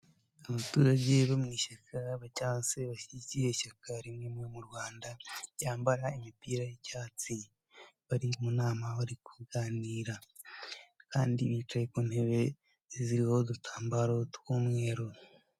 Abaturage bo mu ishyaka cyangwa se bashyigikiye ishyaka rimwe mu Rwanda, ryambara imipira y'icyatsi, bari mu nama bari kuganira, kandi bicaye ku ntebe ziriho udutambaro tw'umweru.